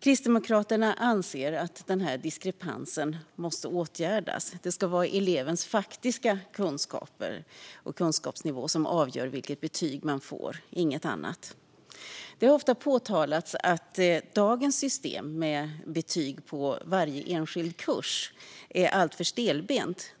Kristdemokraterna anser att den här diskrepansen måste åtgärdas. Det ska vara elevens faktiska kunskaper och kunskapsnivå som avgör vilket betyg man får, inget annat. Det har ofta påtalats att dagens system med betyg på varje enskild kurs är alltför stelbent.